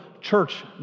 church